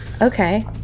okay